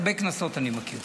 הרבה כנסות אני מכיר,